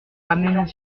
ramenait